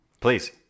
Please